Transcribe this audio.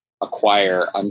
acquire